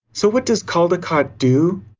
so what does caldicott do?